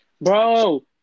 Bro